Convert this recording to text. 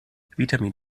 vitamin